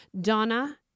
Donna